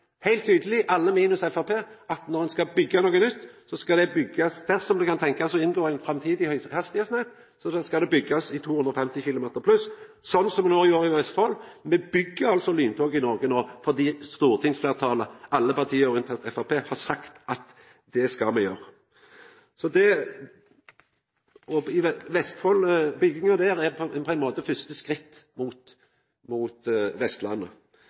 heilt tydeleg – alle minus Framstegspartiet – at når ein skal byggja noko nytt – dersom det kan tenkjast at ein innfører eit høghastigheitsnett i framtida – skal det byggjast i 250 km/t pluss, sånn som ein no gjer i Vestfold. Me byggjer altså lyntog i Noreg no, for stortingsfleirtalet – alle unntatt Framstegspartiet – har sagt at det skal me gjera. Bygginga i Vestfold er på ein måte første skritt mot Vestlandet.